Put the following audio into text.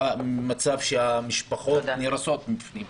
מצב שמשפחות נהרסות בפנים.